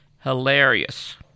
hilarious